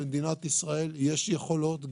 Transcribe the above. למדינת ישראל יש יכולות,